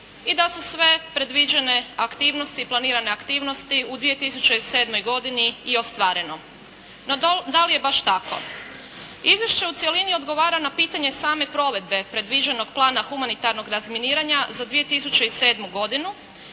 i da su sve predviđene aktivnosti, planirane aktivnosti u 2007. godini i ostvareno. No, da li je baš tako? Izvješće u cjelini odgovara na pitanje same provedbe, predviđenog plana humanitarnog razminiranja za 2007. godinu,